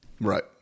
Right